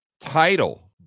Title